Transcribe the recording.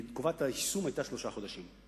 כי תקופת היישום היתה שלושה חודשים.